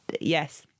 yes